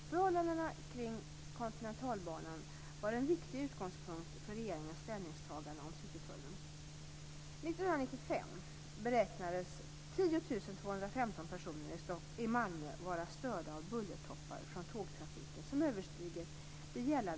Förhållandena kring Kontinentalbanan var en viktig utgångspunkt för regeringens ställningstagande om nattetid genom olika bullerdämpande åtgärder.